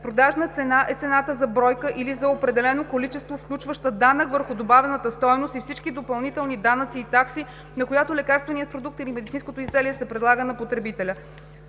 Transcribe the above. Продажна цена е цената за бройка или за определено количество, включваща данък върху добавената стойност и всички допълнителни данъци и такси, на която лекарствения продукт или медицинското изделие се предлага на потребителя.